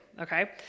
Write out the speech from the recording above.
Okay